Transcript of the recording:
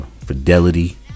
fidelity